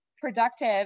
productive